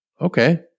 okay